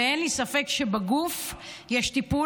אין לי ספק שבגוף יש טיפול,